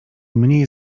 mniej